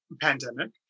pandemic